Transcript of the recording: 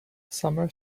summer